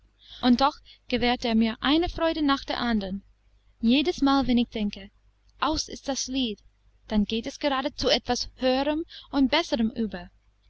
und doch gewährt er mir eine freude nach der andern jedesmal wenn ich denke aus ist das lied dann geht es gerade zu etwas höherem und besserem über